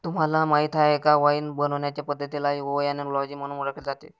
तुम्हाला माहीत आहे का वाइन बनवण्याचे पद्धतीला ओएनोलॉजी म्हणून ओळखले जाते